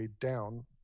down